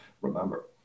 remember